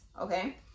Okay